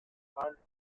centrale